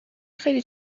خیلی